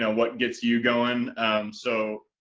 and what gets you going. so,